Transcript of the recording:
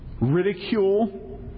ridicule